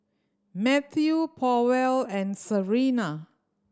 Matthew Powell and Sarina